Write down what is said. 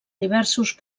diversos